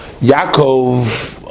Yaakov